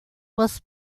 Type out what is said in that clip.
was